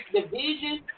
division